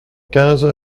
quinze